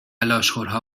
لاشخورها